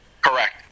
Correct